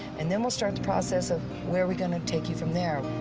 and then we'll start the process of where we're going to take you from there.